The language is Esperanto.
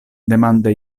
demande